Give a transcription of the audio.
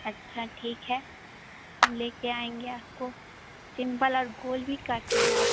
अच्छा ठीक है हम ले के आएंगे आप को सिंपल और गोल भी काटते हैं आप